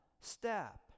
Step